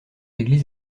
église